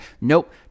Nope